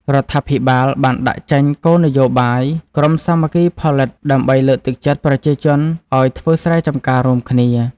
រដ្ឋាភិបាលបានដាក់ចេញគោលនយោបាយ ក្រុមសាមគ្គីផលិតដើម្បីលើកទឹកចិត្តប្រជាជនឱ្យធ្វើស្រែចម្ការរួមគ្នា ។